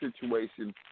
situation